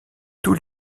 tous